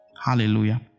hallelujah